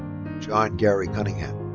john gary cunningham.